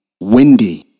windy